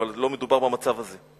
אבל לא מדובר במצב הזה.